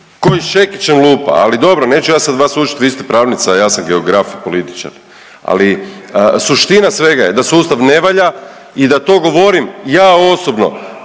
koji s čekićem lupa. Ali dobro, neću ja sad vas učiti, vi ste pravnica, ja sam geograf, političar. Ali suština svega je da sustav ne valja i da to govorim ja osobno